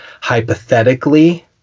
hypothetically